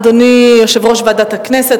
אדוני יושב-ראש ועדת הכנסת,